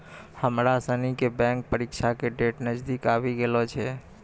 हमरा सनी के बैंक परीक्षा के डेट नजदीक आवी गेलो छै